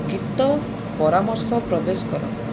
ଗୀତ ପରାମର୍ଶ ପ୍ରବେଶ କର